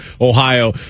Ohio